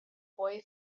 boy